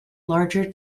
larger